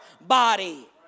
body